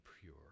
pure